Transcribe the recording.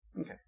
Okay